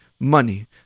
Money